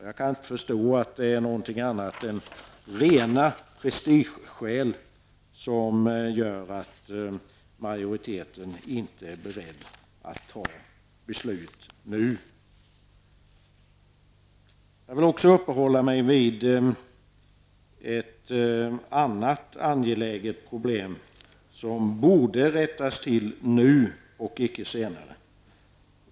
Jag kan inte förstå annat än att det är rena prestigeskäl som gör att majoriteten inte är beredd att fatta beslut nu. Jag skall också uppehålla mig vid ett annat angeläget problem som borde lösas nu och icke senare.